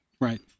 Right